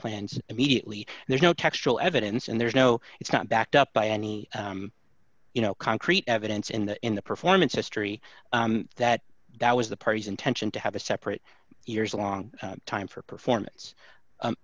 plans immediately there's no textual evidence and there's no it's not backed up by any you know concrete evidence in the in the performances tree that that was the party's intention to have a separate years long time for performance